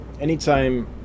anytime